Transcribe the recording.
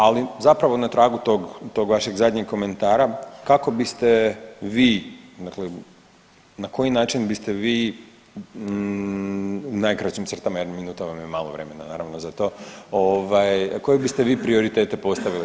Ali zapravo na tragu tog, tog vašeg zadnjeg komentara kako biste vi, dakle na koji način biste vi u najkraćim crtama jer minuta vam je malo vremena naravno za to, ovaj koje biste vi prioritete postavili.